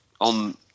on